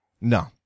No